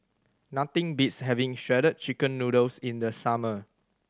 nothing beats having Shredded Chicken Noodles in the summer